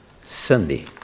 Sunday